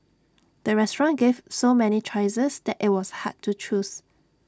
the restaurant gave so many choices that IT was hard to choose